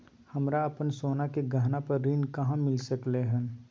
हमरा अपन सोना के गहना पर ऋण कहाॅं मिल सकलय हन?